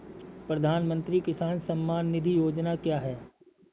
प्रधानमंत्री किसान सम्मान निधि योजना क्या है?